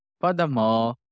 Furthermore